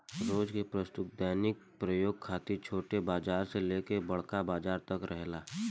रोज के वस्तु दैनिक प्रयोग खातिर छोट बाजार से लेके बड़का बाजार तक में रहेला